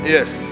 Yes